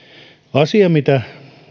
asia mitä